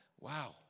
wow